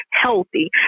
healthy